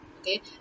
okay